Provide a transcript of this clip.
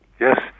Yes